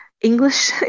English